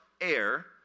air